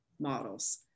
models